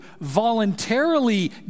voluntarily